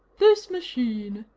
this machine,